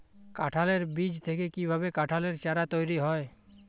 কাঁঠালের বীজ থেকে কীভাবে কাঁঠালের চারা তৈরি করা হয়?